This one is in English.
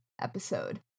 episode